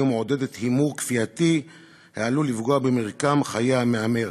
ומעודדת הימור כפייתי העלול לפגוע במרקם חיי המהמר,